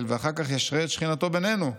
ואחר כך ישרה את שכינתו בנינו ...',